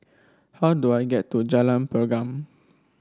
how do I get to Jalan Pergam